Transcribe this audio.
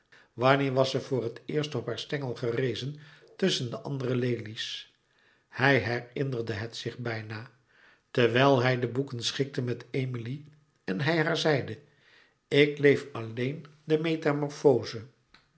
wanneer was ze voor het eerst op haar stengel gerezen tusschen de andere lelies hij herinnerde het zich bijna terwijl hij de boeken schikte met emilie en hij haar zeide ik leef alleen de